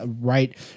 right